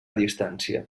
distància